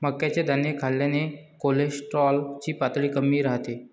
मक्याचे दाणे खाल्ल्याने कोलेस्टेरॉल ची पातळी कमी राहते